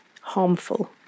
harmful